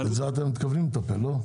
בזה אתם גם מתכוונים לטפל, לא?